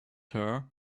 her